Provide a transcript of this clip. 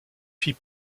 fille